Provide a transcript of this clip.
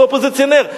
כאופוזיציונר,